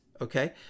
okay